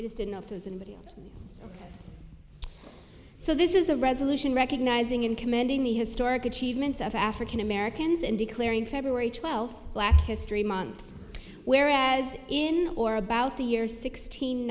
i just don't know if there's anybody so this is a resolution recognizing in commending the historic achievements of african americans and declaring february twelfth black history month where as in or about the year sixteen